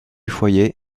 foyer